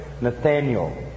Nathaniel